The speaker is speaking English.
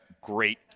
great